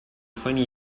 twenty